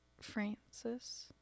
Francis